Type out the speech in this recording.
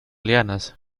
lianas